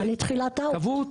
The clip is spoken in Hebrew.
תראה,